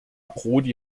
prodi